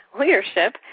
leadership